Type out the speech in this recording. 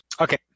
Okay